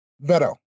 Veto